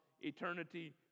eternity